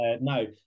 No